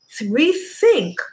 rethink